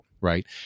right